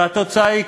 והתוצאה: